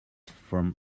from